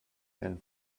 and